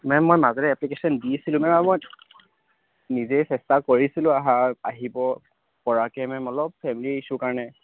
ma'am মই মাজতে application দিছিলোঁ মেম আৰু মই নিজেই চেষ্টা কৰিছিলোঁ অহা আহিব পৰাকৈ মেম অলপ ফেমিলী ইছ্যু কাৰণে